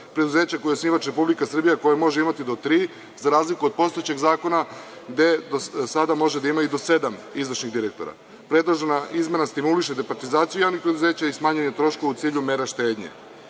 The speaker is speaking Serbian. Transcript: preduzeća koja je osnivač Republika Srbija koja može imati do tri, za razliku od postojećeg zakona gde sada može da ima i do sedam izvršnih direktora. Predložena izmena stimuliše departizaciju javnih preduzeća i smanjuje troškove u cilju mere